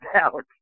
out